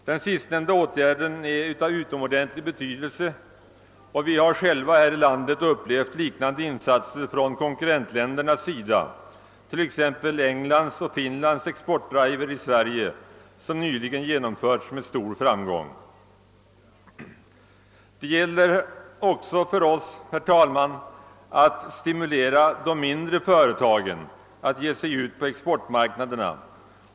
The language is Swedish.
Den sistnämnda åtgärden är av utomordentligt stor betydelse, och vi har själva här i landet upplevt liknande insatser från konkurrentländerna, t.ex. Englands och Finlands exportdriver i Sverige som nyligen med stor framgång genomfördes. Det gäller också för oss att stimulera de mindre företagen att ge sig ut på exportmarknaderna.